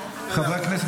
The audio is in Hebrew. חברי הכנסת,